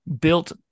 built